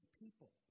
people